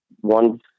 one